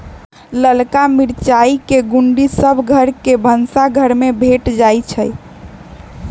ललका मिरचाई के गुण्डी सभ घर के भनसाघर में भेंट जाइ छइ